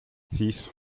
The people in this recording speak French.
six